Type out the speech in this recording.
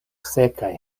sekaj